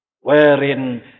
wherein